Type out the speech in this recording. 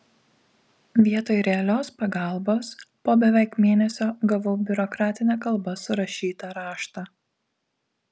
vietoj realios pagalbos po beveik mėnesio gavau biurokratine kalba surašytą raštą